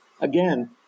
Again